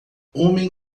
homem